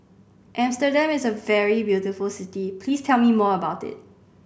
Amsterdam is a very beautiful city please tell me more about it